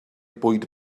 bwyd